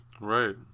Right